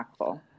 impactful